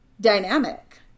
dynamic